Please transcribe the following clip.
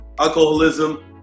alcoholism